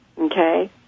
Okay